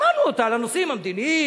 שמענו אותה על הנושאים המדיניים,